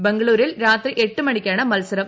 ബംഗളൂരിൽ രാത്രി എട്ടു മണിക്കാണ് മത്സരം